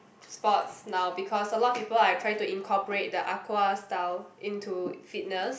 sports now because a lot of people are trying to incorporate the aqua style into fitness